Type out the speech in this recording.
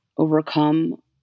overcome